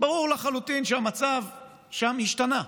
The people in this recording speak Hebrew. ברור לחלוטין שהמצב שם השתנה.